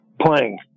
playing